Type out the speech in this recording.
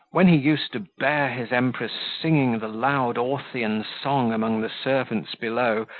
when he used to bear his empress singing the loud orthyan song among the servants below,